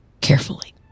carefully